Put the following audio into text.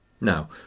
Now